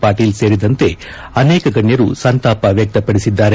ಪಾಟೀಲ್ ಸೇರಿದಂತೆ ಅನೇಕ ಗಣ್ಣರು ಸಂತಾಪ ವ್ಯಕ್ತ ಪಡಿಸಿದ್ದಾರೆ